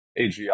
AGI